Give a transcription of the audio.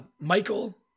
Michael